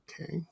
Okay